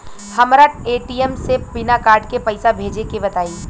हमरा ए.टी.एम से बिना कार्ड के पईसा भेजे के बताई?